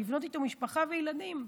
לבנות איתו משפחה וילדים.